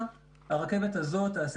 הרכבת הזו תעשה